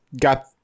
got